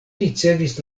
ricevis